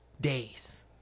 days